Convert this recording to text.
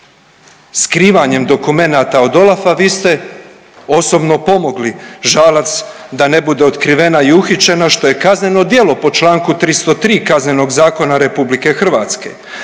Skrivanjem dokumenata od OLAF-a vi ste osobno pomogli Žalac da ne bude otkrivena i uhićena što je kazneno djelo po čl. 303. KZ RH, a koliko je velik propust